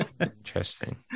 Interesting